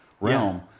realm